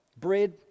bread